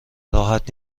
راحت